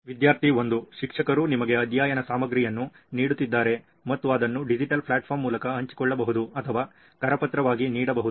ವಿದ್ಯಾರ್ಥಿ 1 ಶಿಕ್ಷಕರು ನಿಮಗೆ ಅಧ್ಯಯನ ಸಾಮಗ್ರಿಯನ್ನು ನೀಡುತ್ತಿದ್ದರೆ ಮತ್ತು ಅದನ್ನು ಡಿಜಿಟಲ್ ಪ್ಲಾಟ್ಫಾರ್ಮ್ ಮೂಲಕ ಹಂಚಿಕೊಳ್ಳಬಹುದು ಅಥವಾ ಕರಪತ್ರವಾಗಿ ನೀಡಬಹುದು